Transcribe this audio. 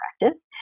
practice